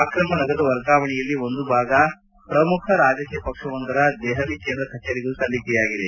ಅಕ್ರಮ ನಗದು ವರ್ಗಾವಣೆಯಲ್ಲಿ ಒಂದು ಭಾಗ ಪ್ರಮುಖ ರಾಜಕೀಯ ಪಕ್ಷವೊಂದರ ದೆಹಲಿ ಕೇಂದ್ರ ಕಚೇರಿಗೂ ಸಲ್ಲಿಕೆಯಾಗಿದೆ